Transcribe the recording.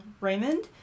Raymond